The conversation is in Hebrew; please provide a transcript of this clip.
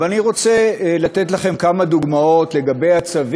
אבל אני רוצה לתת לכם כמה דוגמאות של צווים